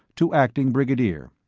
to acting brigadier.